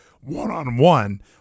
one-on-one